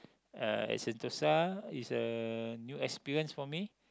uh at Sentosa is a new experience for me